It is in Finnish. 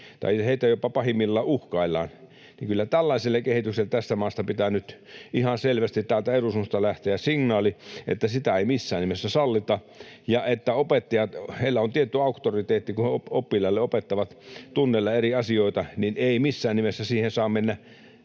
tai heitä jopa pahimmillaan uhkaillaan. Kyllä tällaiselle kehitykselle tässä maassa pitää nyt ihan selvästi täältä eduskunnasta lähteä signaali, että sitä ei missään nimessä sallita ja että opettajilla on tietty auktoriteetti, kun he oppilaille opettavat tunneilla eri asioita, eikä missään nimessä siihen saa mennä